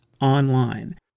online